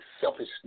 selfishness